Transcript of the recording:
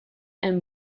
and